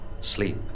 Sleep